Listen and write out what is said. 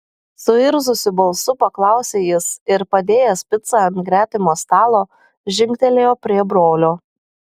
suirzusiu balsu paklausė jis ir padėjęs picą ant gretimo stalo žingtelėjo prie brolio